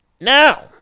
Now